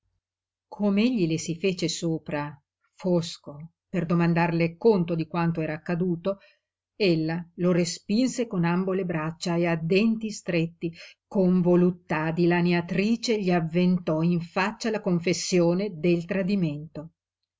tratto com'egli le si fece sopra fosco per domandarle conto di quanto era accaduto ella lo respinse con ambo le braccia e a denti stretti con voluttà dilaniatrice gli avventò in faccia la confessione del tradimento